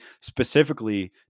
specifically